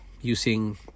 using